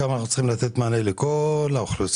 שם אנחנו צריכים לתת מענה לכל האוכלוסיות,